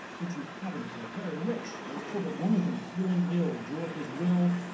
it's inhabitants are very rich. i was told that one of them feeling ill drew up his will,